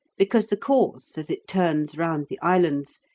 because the course, as it turns round the islands,